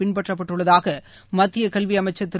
பின்பற்றப்பட்டுள்ளதாக மத்திய கல்வி அமைச்சுப் திரு